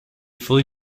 fully